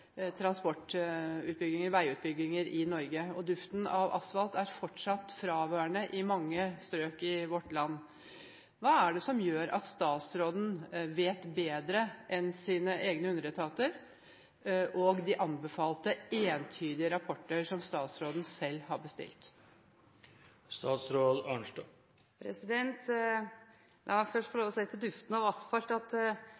i Norge. Duften av asfalt er fortsatt fraværende i mange strøk i vårt land. Hva er det som gjør at statsråden vet bedre enn sine egne underetater og de entydige rapportene som statsråden selv har bestilt? La meg først få